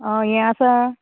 हे आसा